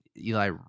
Eli